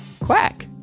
quack